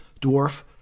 Dwarf